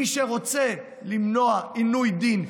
מי שרוצה למנוע עינוי דין,